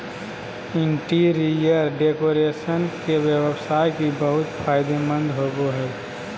interior decoration के व्यवसाय भी बहुत फायदेमंद होबो हइ